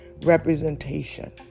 representation